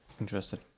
interested